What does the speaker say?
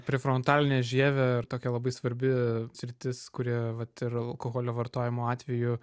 prefrontalinę žievę ir tokia labai svarbi sritis kuri vat ir alkoholio vartojimo atveju